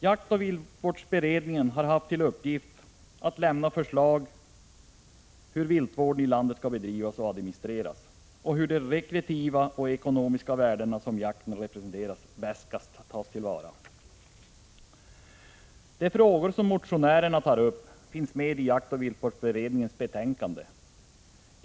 Jaktoch viltvårdsberedningen har haft till uppgift att lämna förslag om hur viltvården i landet skall bedrivas och administreras och om hur de rekreativa och ekonomiska värden som jakten representerar bäst skall tas till vara. De frågor som motionärerna tar upp finns med i jaktoch viltvårdsberedningens betänkande.